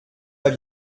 pas